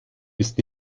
ist